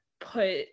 put